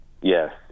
Yes